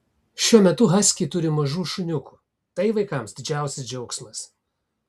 šiuo metu haskiai turi mažų šuniukų tai vaikams didžiausias džiaugsmas